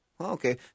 Okay